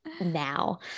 now